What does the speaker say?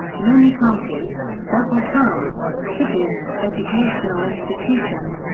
many counties, several towns, cities, educational institutions,